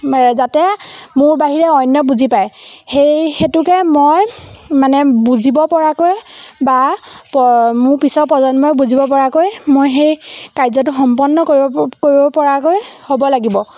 যাতে মোৰ বাহিৰে অন্যয়ে বুজি পায় সেই হেতুকে মই মানে বুজিব পৰাকৈ বা মোৰ পিছৰ প্ৰজন্মই বুজিব পৰাকৈ মই সেই কাৰ্যটো সম্পন্ন কৰিব কৰিব পৰাকৈ হ'ব লাগিব